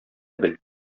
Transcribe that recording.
бел